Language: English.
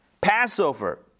Passover